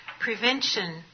prevention